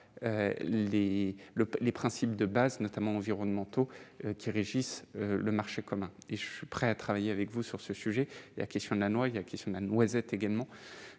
les principes de base, notamment environnementaux qui régissent le marché commun et je suis prêt à travailler avec vous sur ce sujet, la question de la loi, il y a, qui sont la noisette, également,